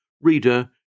reader